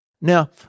Now